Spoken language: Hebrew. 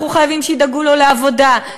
אנחנו חייבים שידאגו לו לעבודה,